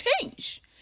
change